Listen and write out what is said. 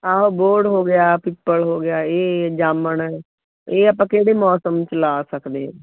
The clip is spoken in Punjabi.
ਆਹ ਬੋਹੜ ਹੋ ਗਿਆ ਪਿੱਪਲ ਹੋ ਗਿਆ ਇਹ ਜਾਮਣ ਇਹ ਆਪਾਂ ਕਿਹੜੇ ਮੌਸਮ 'ਚ ਲਾ ਸਕਦੇ ਹਾਂ